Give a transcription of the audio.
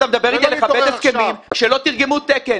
אתה מדבר איתי על לכבד הסכמים כשלא תירגמו תקן,